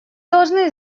должны